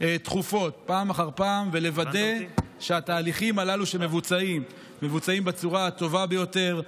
תכופות פעם אחר פעם ולוודא שהתהליכים הללו מבוצעים בצורה הטובה ביותר,